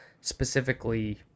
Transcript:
specifically